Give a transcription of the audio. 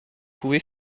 pouvez